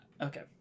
okay